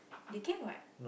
they can what